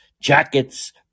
jackets